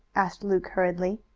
asked luke hurriedly.